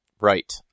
Right